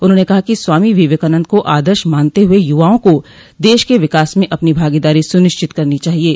उन्होंने कहा कि स्वामी विवेकानन्द को आदर्श मानते हुए युवाओं को देश के विकास में अपनी भागीदारी सुनिश्चित करनी चाहिये